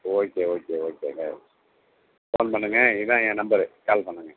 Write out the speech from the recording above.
okay okay ஓகேங்க phone பண்ணுங்கள் இதுதான் என் நம்பரு கால் பண்ணுங்கள்